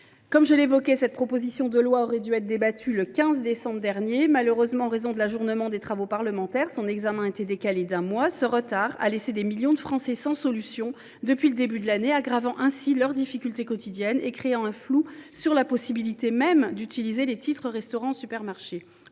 Je le répète, cette proposition de loi aurait dû être débattue le 15 décembre dernier. Malheureusement, en raison de l’ajournement des travaux parlementaires, son examen a été décalé d’un mois. Ce retard a laissé des millions de Français sans solution depuis le début de l’année, aggravant leurs difficultés quotidiennes et créant un flou sur la possibilité même d’utiliser les titres restaurant au supermarché.